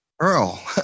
Earl